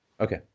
Okay